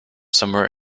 somewhere